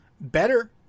better